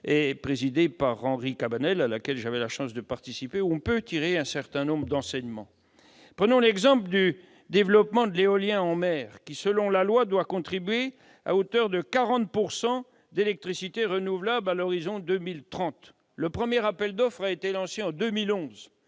présidée par Henri Cabanel, mission à laquelle j'ai eu l'honneur de participer, on peut tirer un certain nombre d'enseignements. Prenons l'exemple du développement de l'éolien en mer, qui, selon la loi, doit contribuer à hauteur de 40 % à la production d'électricité renouvelable à l'horizon 2030. Le premier appel d'offres a été lancé en 2011.